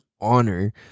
honor